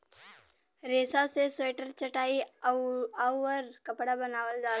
रेसा से स्वेटर चटाई आउउर कपड़ा बनावल जाला